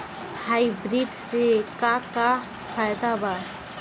Hybrid से का का फायदा बा?